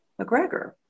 McGregor